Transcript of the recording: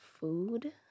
Food